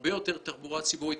הרבה יותר תחבורה ציבורית,